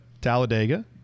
Talladega